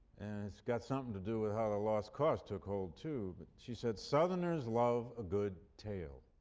it's got something to do with how a lost cause took hold too but she said, southerners love a good tale.